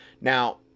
now